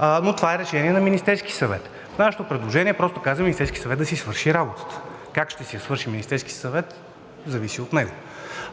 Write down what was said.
Но това е решение на Министерския съвет. Нашето предложение е, просто казано, Министерският съвет да си свърши работата. Как ще си я свърши Министерският съвет, зависи от него –